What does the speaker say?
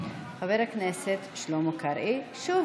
אינה נוכחת, חבר הכנסת אוסאמה סעדי, אינו נוכח,